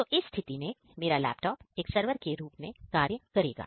तो इस स्थिति में मेरा लैपटॉप एक सर्वर के रूप में कार्य करेगा